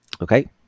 Okay